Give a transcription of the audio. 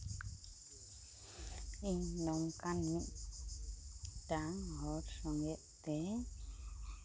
ᱤᱧ ᱱᱚᱝᱠᱟᱱ ᱢᱤᱫᱴᱟᱝ ᱦᱚᱲ ᱥᱚᱸᱜᱮ ᱛᱮ